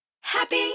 Happy